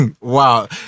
Wow